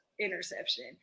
interception